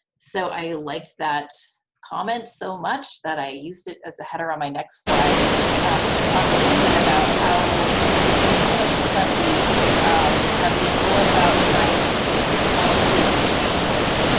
so, i like that comment so much that i used it as a header on my next slide to talk a little bit about how we subsequently have been going about trying to tweak this policy and change it.